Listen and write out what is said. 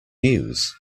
news